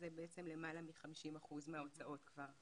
אז זה בעצם למעלה מ-50% מההוצאות כבר.